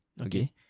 Okay